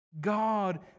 God